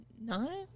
nine